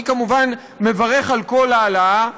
אני כמובן מברך על כל העלאה,